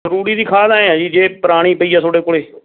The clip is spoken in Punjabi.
ਰੂੜੀ ਦੀ ਖਾਦ ਐਂ ਆ ਜੀ ਜੇ ਪੁਰਾਣੀ ਪਈ ਆ ਤੁਹਾਡੇ ਕੋਲ